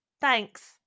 Thanks